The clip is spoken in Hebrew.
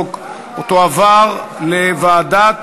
ההצעה להעביר את הצעת חוק לתיקון פקודת